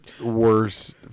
worse